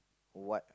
what